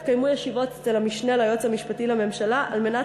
התקיימו ישיבות אצל המשנה ליועץ המשפטי לממשלה על מנת